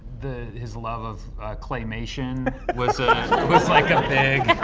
the, his love of claymation was like a big